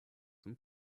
zum